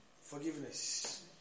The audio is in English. forgiveness